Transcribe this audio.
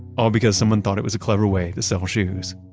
all because someone thought it was a clever way to sell shoes.